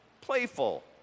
playful